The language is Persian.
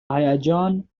هیجان